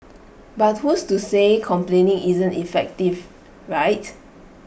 but who's to say complaining isn't effective right